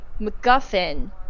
MacGuffin